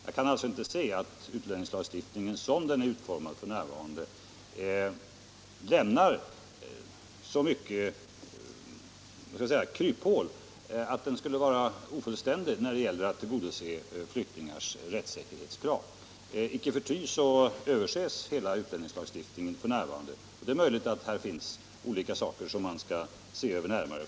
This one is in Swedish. Jag kan alltså inte se att utlänningslagstiftningen, som den är utformad f.n., lämnar så mycket kryphål att den skulle vara ofullständig när det gäller att tillgodose flyktingars rättssäkerhetskrav. Icke förty överses hela utlänningslagstiftningen f. n. Det är möjligt att det finns olika saker som bör ses över närmare.